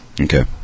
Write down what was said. Okay